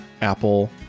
Apple